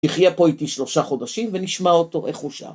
תחיה פה איתי שלושה חודשים ונשמע אותו איך הוא שם.